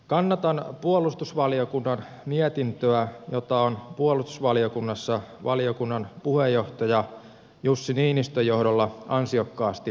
kannatan puolustusvaliokunnan mietintöä jota on puolustusvaliokunnassa valiokunnan puheenjohtaja jussi niinistön johdolla ansiokkaasti valmisteltu